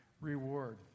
reward